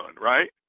right